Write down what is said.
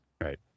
Right